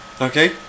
Okay